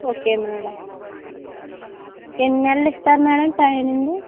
okay madam ఎన్నెళ్ళు ఇస్తారు madam training